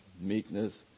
meekness